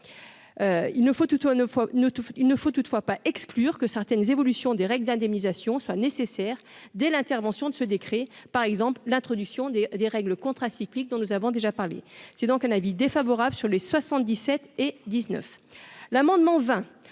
il ne faut toutefois pas exclure que certaines évolutions des règles d'indemnisation soit nécessaire dès l'intervention de ce décret par exemple l'introduction des des règles contracyclique dont nous avons déjà parlé, c'est donc un avis défavorable sur les 77 et 19 l'amendement